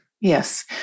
Yes